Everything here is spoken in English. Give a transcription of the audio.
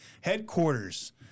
headquarters